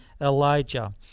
Elijah